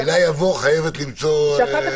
המילה "יבוא" חייבת למצוא --- כי אחר כך